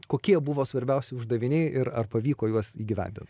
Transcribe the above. kokie buvo svarbiausi uždaviniai ir ar pavyko juos įgyvendint